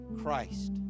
Christ